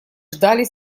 ждали